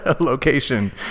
Location